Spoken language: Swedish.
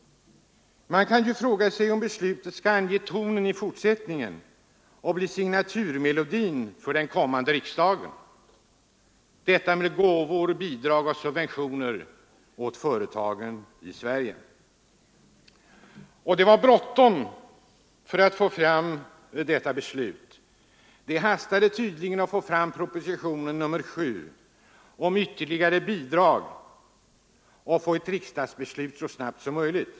Man kan fråga sig om beslutet skall ange tonen i fortsättningen, så att signaturmelodin för den kommande riksdagen blir gåvor, bidrag och subventioner åt företagen i Sverige. Det hastade tydligen att få fram proposition nr 7 om ytterligare bidrag och få ett riksdagsbeslut så snabbt som möjligt.